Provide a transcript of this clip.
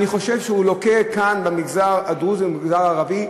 אני חושב שהוא לוקה כאן במגזר הדרוזי ובמגזר הערבי,